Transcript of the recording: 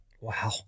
Wow